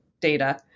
data